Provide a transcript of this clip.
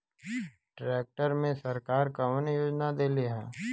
Tractor मे सरकार कवन योजना देले हैं?